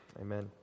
Amen